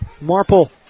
Marple